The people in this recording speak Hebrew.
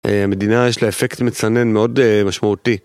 המדינה יש לה אפקט מצנן מאוד משמעותי.